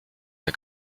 der